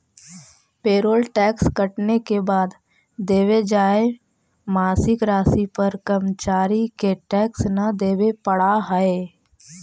payroll tax कटने के बाद देवे जाए मासिक राशि पर कर्मचारि के टैक्स न देवे पड़ा हई